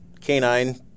canine